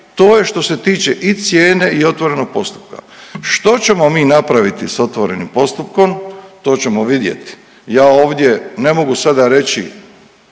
to je što se tiče i cijene i otvorenog postupka. Što ćemo mi napraviti sa otvorenim postupkom, to ćemo vidjeti. Ja ovdje ne mogu sada reći